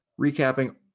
recapping